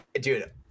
dude